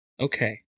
Okay